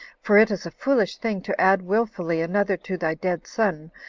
for it is a foolish thing to add willfully another to thy dead son,